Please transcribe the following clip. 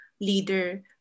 leader